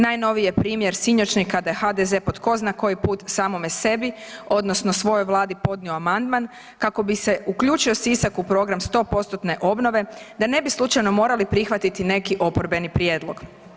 Najnoviji je primjer sinoćnji kada je HDZ po tko zna koji put samome sebi odnosno svojoj Vladi podnio amandman kako bi se uključio Sisak u program 100%-tne obnove da ne bi slučajno morali prihvatiti neki oporbeni prijedlog.